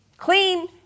Clean